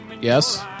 yes